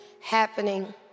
happening